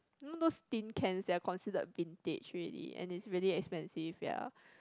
all those tin cans they're considered vintage already and it's really expensive ya